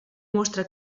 mostra